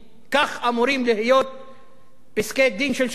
כך אמורים להיות פסקי-דין של שופטים